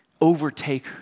overtake